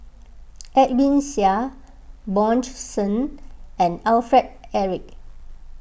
Edwin Siew Bjorn Shen and Alfred Eric